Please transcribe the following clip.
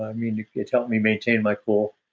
um you know it helped me maintain my cool.